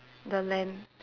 the lamp